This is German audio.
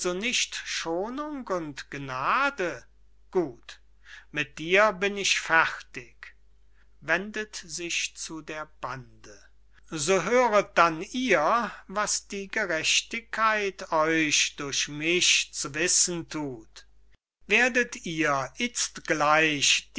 nicht schonung und gnade gut mit dir bin ich fertig wendet sich zu der bande so höret dann ihr was die gerechtigkeit euch durch mich zu wissen thut werdet ihr itzt gleich